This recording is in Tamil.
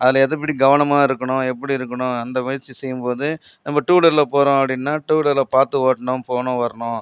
அதில் எதுபடி கவனமா இருக்கணும் எப்படி இருக்கணும் அந்த முயற்சி செய்யும்போது நம்ம டூவீலர் போகிறோம் அப்படினா டூவீலரில் பார்த்து ஓட்டணும் போகணும் வரணும்